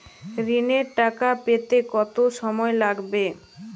ঋণের টাকা পেতে কত সময় লাগবে?